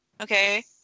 Okay